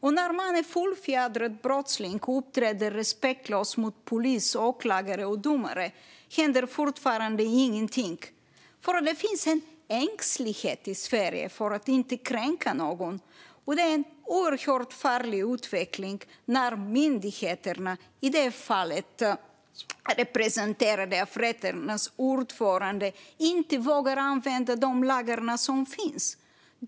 Och när man är fullfjädrad brottsling och uppträder respektlöst mot polis, åklagare och domare händer fortfarande ingenting för att det finns en ängslighet i Sverige för att inte kränka någon. Det är en oerhört farlig utveckling när myndigheterna, i detta fall representerade av rätternas ordförande, inte vågar använda de lagar som finns.